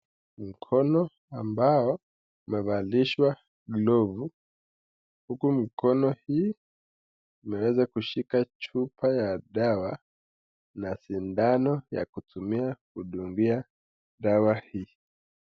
Mkono ambao imevalishwa glovu huku mkono hii imeweza kushika chupa ya dawa, na sindano ya kutumia kudungia dawa hii.